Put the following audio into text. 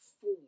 four